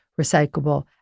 recyclable